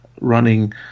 running